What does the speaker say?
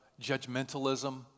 judgmentalism